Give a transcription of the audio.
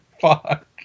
Fuck